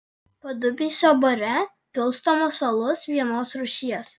padubysio bare pilstomas alus vienos rūšies